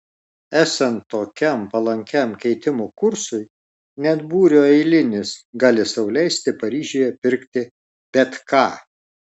esant tokiam palankiam keitimo kursui net būrio eilinis gali sau leisti paryžiuje pirkti bet ką